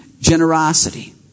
generosity